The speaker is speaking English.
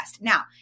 Now